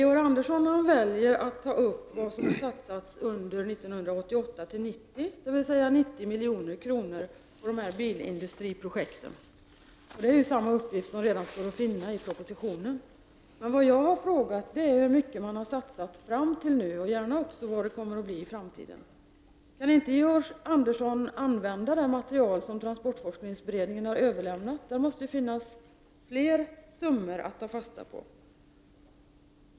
Georg Andersson väljer i stället att ta upp vad som har satsats under 1988— 1990, dvs. 90 milj.kr. på dessa bilindustriprojekt. Det är samma uppgifter som redan står att finna i propositionen. Min fråga gällde hur mycket man har satsat fram till i dag, och gärna också vad man kommer att satsa i framtiden. Kan inte Georg Andersson använda det material som trafikforskningsberedningen har överlämnat? Där måste det finnas flera summor att ta fasta på.